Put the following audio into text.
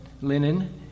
linen